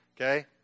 Okay